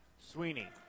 Sweeney